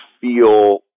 feel